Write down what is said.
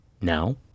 now